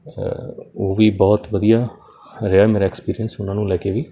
ਉਹ ਵੀ ਬਹੁਤ ਵਧੀਆ ਰਿਹਾ ਮੇਰਾ ਐਕਸਪੀਰੀਅਂਸ ਉਹਨਾਂ ਨੂੰ ਲੈ ਕੇ ਵੀ